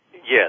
Yes